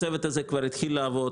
הצוות הזה כבר התחיל לעבוד.